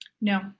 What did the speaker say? No